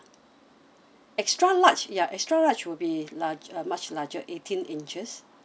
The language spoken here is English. extra large ya extra large would be large uh much larger eighteen inches